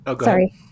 Sorry